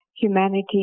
Humanity